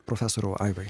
profesoriau aivai